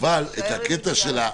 שזה יישאר עם התייעצות,